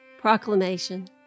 Proclamation